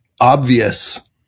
obvious